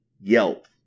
Yelp